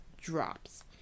drops